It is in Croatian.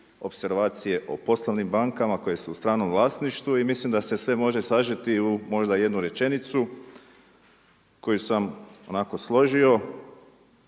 opservacije o poslovnim bankama koje su u stranom vlasništvu i mislim da se sve može sažeti u možda jednu rečenicu koju sam onako složio.